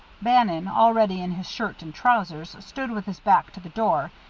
bannon, already in his shirt and trousers, stood with his back to the door,